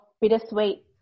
Bittersweet